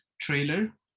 trailer